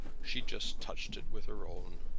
she just touched it with her own.